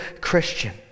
Christian